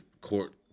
court